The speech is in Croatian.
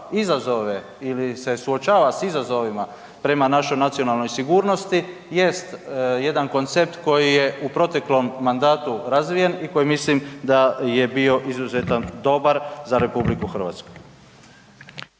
izazove ili se suočava sa izazovima prema našoj nacionalnoj sigurnosti jest jedan koncept koji je u proteklom mandatu razvijen i koji mislim da je bio izuzetno dobar za Republiku Hrvatsku.